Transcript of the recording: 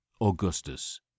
Augustus